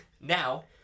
Now